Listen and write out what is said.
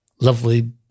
lovely